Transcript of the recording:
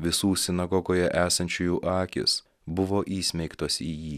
visų sinagogoje esančiųjų akys buvo įsmeigtos į jį